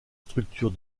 structure